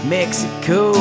Mexico